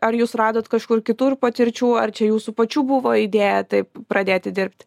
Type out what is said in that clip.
ar jūs radot kažkur kitur patirčių ar čia jūsų pačių buvo idėja taip pradėti dirbt